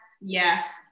yes